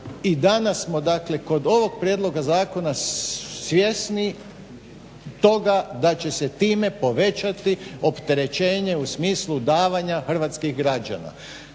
i danas smo dakle kod ovog prijedloga zakona svjesni toga da će se time povećati opterećenje u smislu davanja hrvatskih građana.